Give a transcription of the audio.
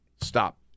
stop